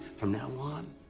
from now on,